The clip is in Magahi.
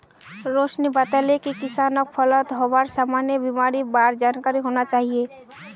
रोशिनी बताले कि किसानक फलत हबार सामान्य बीमारिर बार जानकारी होना चाहिए